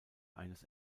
eines